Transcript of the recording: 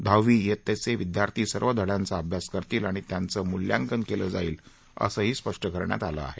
दहावी शित्तेचे विद्यार्थी सर्व धड्यांचा अभ्यास करतील आणि त्यांचे मूल्यांकन केलं जाईल असं स्पष्ट केलं आहे